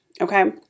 okay